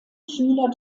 schüler